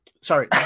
Sorry